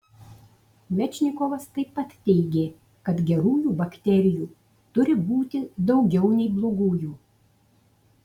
mečnikovas taip pat teigė kad gerųjų bakterijų turi būti daugiau nei blogųjų